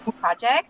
project